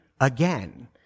again